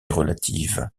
relative